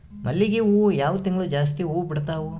ಮಲ್ಲಿಗಿ ಹೂವು ಯಾವ ತಿಂಗಳು ಜಾಸ್ತಿ ಹೂವು ಬಿಡ್ತಾವು?